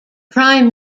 prime